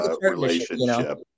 relationship